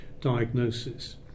diagnosis